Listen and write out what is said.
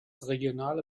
regionale